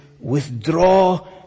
withdraw